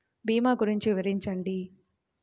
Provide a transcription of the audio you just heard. భీమా గురించి వివరించండి?